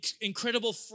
incredible